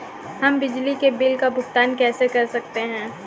हम बिजली के बिल का भुगतान कैसे कर सकते हैं?